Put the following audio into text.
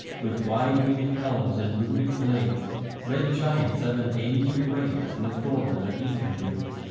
with wide-winged helms and runic blades red giants of an age of raids, in the thornland of ethandune.